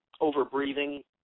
over-breathing